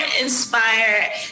inspire